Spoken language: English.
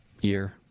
year